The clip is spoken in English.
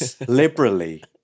liberally